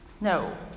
No